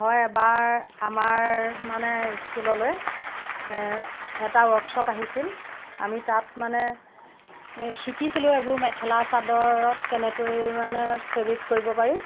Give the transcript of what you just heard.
হয় এবাৰ আমাৰ মানে স্কুললৈ এ এটা ৱৰ্কছপ আহিছিল আমি তাত মানে শিকিছিলো এইবোৰ মেখেলা চাদৰত কেনেকৈ মানে ফেব্ৰিক কৰিব পাৰি